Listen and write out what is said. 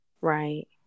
Right